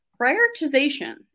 prioritization